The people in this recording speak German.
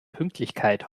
pünktlichkeit